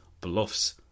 bluffs